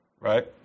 right